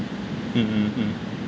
mmhmm